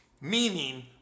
meaning